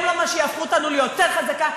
הם לא מה שיהפכו אותה ליותר חזקה,